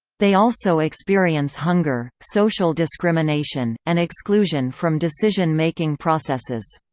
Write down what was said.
they also experience hunger, social discrimination, and exclusion from decision-making processes.